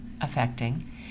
affecting